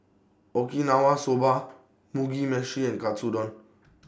Okinawa Soba Mugi Meshi and Katsudon